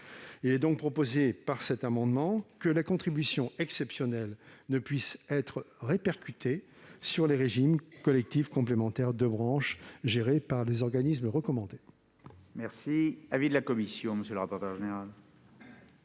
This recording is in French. Il est donc proposé que la contribution exceptionnelle ne puisse pas être répercutée sur les régimes collectifs complémentaires de branche gérés par les organismes recommandés.